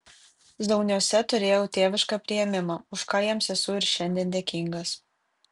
zauniuose turėjau tėvišką priėmimą už ką jiems esu ir šiandien dėkingas